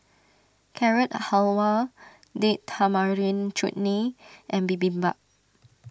Carrot Halwa Date Tamarind Chutney and Bibimbap